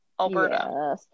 Alberta